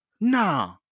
nah